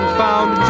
found